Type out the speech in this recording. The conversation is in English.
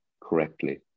correctly